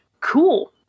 cool